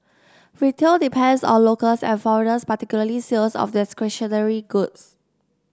retail depends on locals and foreigners particularly sales of discretionary goods